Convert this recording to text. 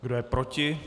Kdo je proti?